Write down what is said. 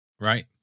right